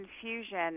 confusion